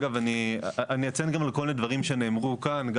אני אציין גם על כל מיני דברים שנאמרו כאן.